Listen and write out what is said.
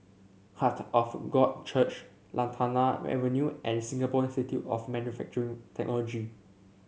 Heart of God Church Lantana Avenue and Singapore Institute of Manufacturing Technology